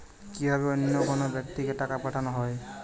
কি ভাবে অন্য কোনো ব্যাক্তিকে টাকা পাঠানো হয়?